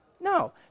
No